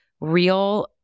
real